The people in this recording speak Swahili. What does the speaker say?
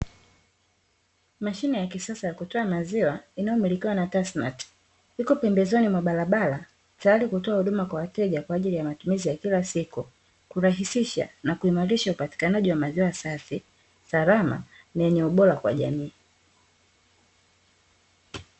Mashine ya kisasa ya kutoa maziwa inayomilikiwa na ''Tasmaat'', iko pembezoni mwa barabara tayari kutoa huduma kwa wateja kwa ajili ya matumizi ya kila siku; kurahisisha na kuimarisha upatikanaji wa maziwa safi, salama, na yenye ubora kwa jamii.